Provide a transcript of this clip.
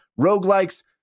roguelikes